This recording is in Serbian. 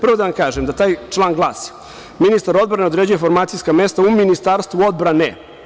Prvo da vam kažem da taj član glasi - Ministar odbrane određuje formacijska mesta u Ministarstvu odbrane.